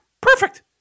Perfect